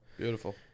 Beautiful